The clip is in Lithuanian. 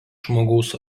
žmogaus